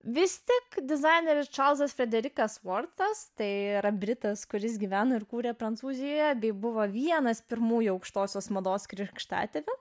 vis tik dizaineris čarlzas frederikas fortas tai yra britas kuris gyveno ir kūrė prancūzijoje bei buvo vienas pirmųjų aukštosios mados krikštatėvių